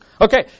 Okay